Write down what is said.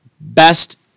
best